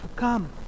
Come